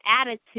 attitude